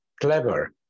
clever